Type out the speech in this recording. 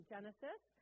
Genesis